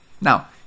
Now